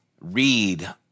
read